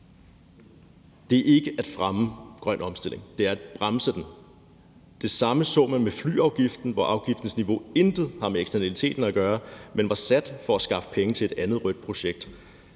Det er ikke at fremme grøn omstilling; det er at bremse den. Det samme så man med flyafgiften, hvor afgiftsniveauet intet havde med eksternaliteten at gøre, men var sat for at skaffe penge til et andet rødt projekt.